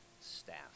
staff